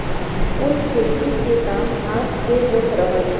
कुल खेती के काम हाथ से होत रहल